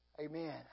Amen